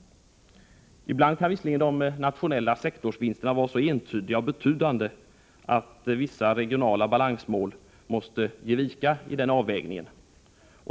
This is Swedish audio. Ibland kan visserligen de nationella sektorsvinsterna vara så entydiga och betydande att vissa regionala balansmål måste ge vika i den avvägningen.